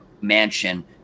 mansion